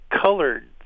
colored